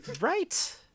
right